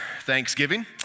Thanksgiving